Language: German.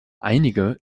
einige